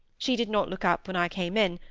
she did not look up when i came in,